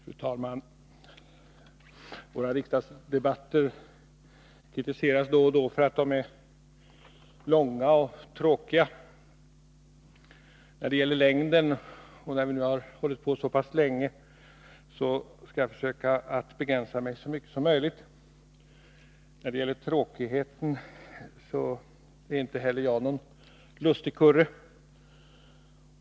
Fru talman! Våra riksdagsdebatter kritiseras då och då för att de är långa och tråkiga. När det gäller längden skall jag, eftersom debatten nu har pågått så pass länge, försöka begränsa mitt anförande så mycket som möjligt. När det gäller tråkigheten så är inte heller jag någon lustigkurre.